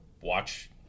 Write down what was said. watch